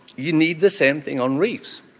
you need the same thing on reefs.